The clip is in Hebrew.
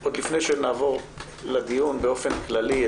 עוד לפני שנעבור לדיון באופן כללי,